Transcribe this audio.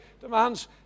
demands